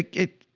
it,